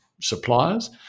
suppliers